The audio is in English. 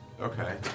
Okay